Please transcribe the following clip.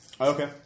Okay